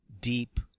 deep